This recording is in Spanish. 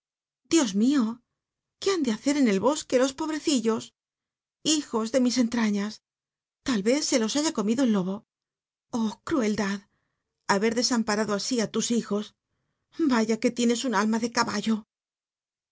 dio mio f tu ban de bac r en el ho qnc los pobrccilo lliju de mi enlraiías tal cz se los haya comido el lobo oh crueldad jtahcr dc amparado así á lus hijos yaya c ne licncs un alma de caba